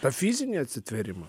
tą fizinį atsitvėrimą